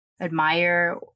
admire